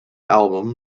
album